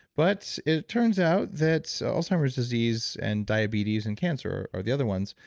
but it turns out that so alzheimer's disease and diabetes and cancer are the other ones,